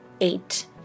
eight